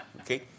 Okay